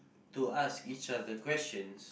to ask each other questions